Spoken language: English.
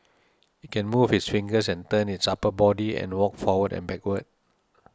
it can move its fingers and turn its upper body and walk forward and backward